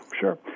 Sure